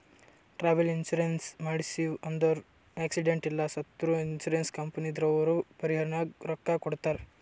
travel insurance ಮಾಡ್ಸಿವ್ ಅಂದುರ್ accident ಇಲ್ಲ ಸತ್ತುರ್ ಇನ್ಸೂರೆನ್ಸ್ ಕಂಪನಿದವ್ರು ಪರಿಹಾರನಾಗ್ ರೊಕ್ಕಾ ಕೊಡ್ತಾರ್